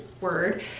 word